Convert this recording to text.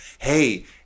Hey